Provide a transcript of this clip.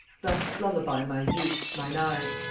thus lullaby my youth, mine eyes,